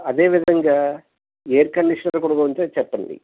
అదేవిధంగా air conditioner కూడా ఉంటే చెప్పండి